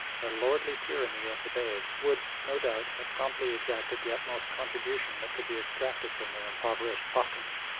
the lordly tyranny of the beys would, no doubt, have promptly exacted the utmost contribution that could be extracted from their impoverished pockets,